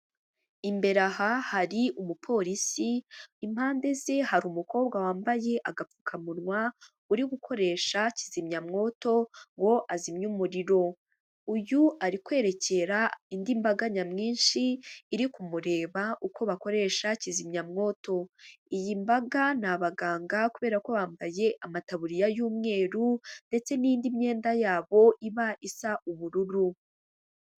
Imbere aha hari umupolisi, impande ze hari umukobwa wambaye agapfukamunwa uri gukoresha kizimyamwoto ngo azimye umuriro, uyu ari kwerekera indi mbaga nyamwinshi iri kumureba uko bakoresha kizimyamwoto, iyi mbaga ni abaganga kubera ko bambaye amataburiya y'umweru ndetse n'indi myenda yabo iba isa ubururu.